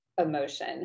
emotion